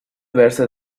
verse